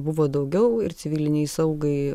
buvo daugiau ir civilinei saugai